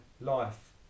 life